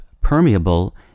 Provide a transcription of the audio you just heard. permeable